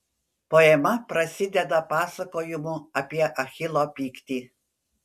poema prasideda pasakojimu apie achilo pyktį